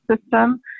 system